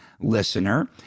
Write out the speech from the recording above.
Listener